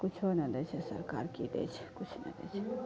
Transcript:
किछु नहि दै छै सरकार की दै छै किछु नहि दै छै